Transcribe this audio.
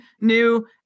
new